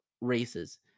races